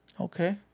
Okay